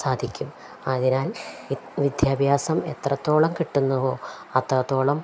സാധിക്കും അതിനാൽ വിദ്യാഭ്യാസം എത്രത്തോളം കിട്ടുന്നുവോ അത്രത്തോളം